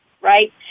right